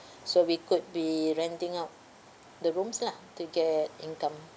so we could be renting out the rooms lah to get income